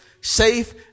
safe